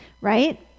right